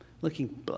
looking